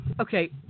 Okay